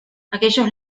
aquellos